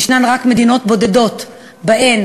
יש רק מדינות בודדות שבהן